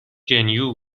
gen